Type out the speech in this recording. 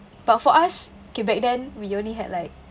but for us okay back then we only had like